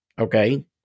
Okay